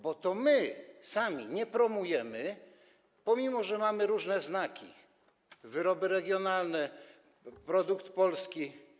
Bo sami jej nie promujemy, pomimo że mamy różne znaki: wyroby regionalne, „Produkt polski”